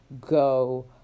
go